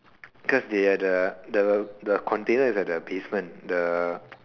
cause they at the the container is at the basement the